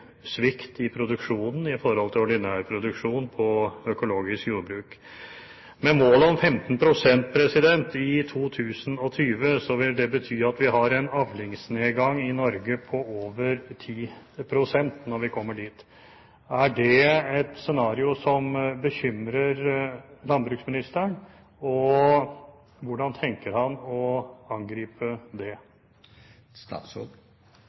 svikt i produksjonen i forhold til ordinær produksjon på økologisk jordbruk. Men målet om 15 pst. i 2020 vil bety at vi har en avlingsnedgang i Norge på over 10 pst. når vi kommer dit. Er det et scenario som bekymrer landbruksministeren? Hvordan tenker han å angripe det?